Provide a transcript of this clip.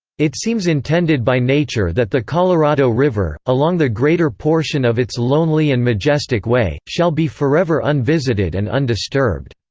it seems intended by nature that the colorado river, along the greater portion of its lonely and majestic way, shall be forever unvisited and undisturbed.